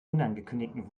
unangekündigten